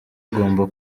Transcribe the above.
ugomba